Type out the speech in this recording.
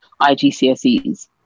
IGCSEs